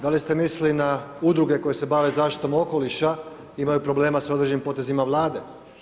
Da li ste mislili na udruge koje se bave zaštitom okoliša, imaju problema sa određenim potezima Vlade?